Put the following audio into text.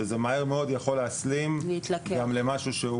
שזה מהר מאוד יכול להסלים גם ממשהו שהוא